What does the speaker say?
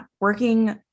working